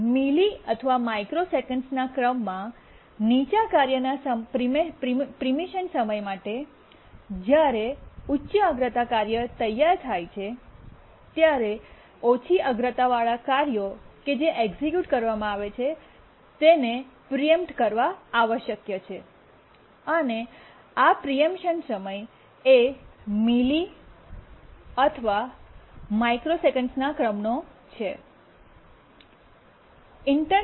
મિલી અથવા માઇક્રોસેકન્ડ્સના ક્રમમાં નીચા કાર્યના પ્રીએમ્પશન સમય માટે જ્યારે ઉચ્ચ અગ્રતા કાર્ય તૈયાર થાય છે ત્યારે ઓછી અગ્રતાવાળી ક્રિયાઓ કે જે એક્સિક્યૂટ કરવામાં આવે છે તેને પ્રીએમ્પ્ટ કરવી આવશ્યક છે અને આ પ્રીએમ્પશન સમય એ મિલી અથવા માઇક્રોસેકન્ડ્સના ક્રમનો છે